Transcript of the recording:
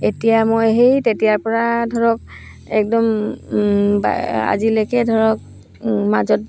এতিয়া মই সেই তেতিয়াৰপৰা ধৰক একদম আজিলৈকে ধৰক মাজত